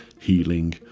healing